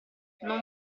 non